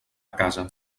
casa